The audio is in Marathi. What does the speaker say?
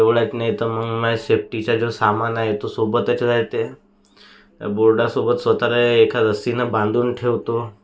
तेवढ्यात नाही तर मग माझ्या सेफ्टीच्या जो सामान आहे तो सोबतच राह्यते बोर्डासोबत स्वतःला एका रस्सीने बांधून ठेवतो